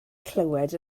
clywed